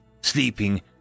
sleeping